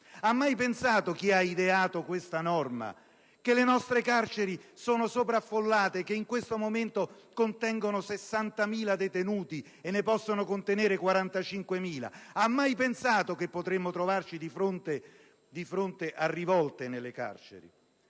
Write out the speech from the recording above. Ha mai pensato chi ha ideato questa norma che le nostre carceri sono sovraffollate e che in questo momento contengono 60.000 detenuti quando ne possono contenere solo 45.000? Ha mai pensato che potremmo andare incontro a rivolte nelle carceri?